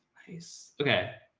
nice. okay.